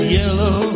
yellow